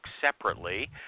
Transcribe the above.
separately